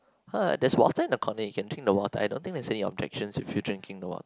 [huh] there's water in the corner you can drink the water I don't think there's any objection with you drinking the water